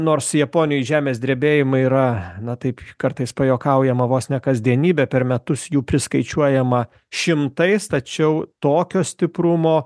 nors japonijoj žemės drebėjimai yra na taip kartais pajuokaujama vos ne kasdienybė per metus jų priskaičiuojama šimtais tačiau tokio stiprumo